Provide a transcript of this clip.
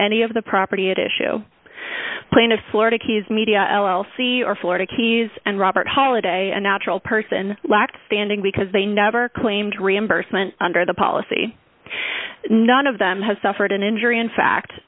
any of the property at issue plaintiff florida keys media l l c or florida keys and robert holiday a natural person lacked standing because they never claimed reimbursement under the policy none of them has suffered an injury in fact